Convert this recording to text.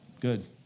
good